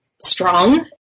strong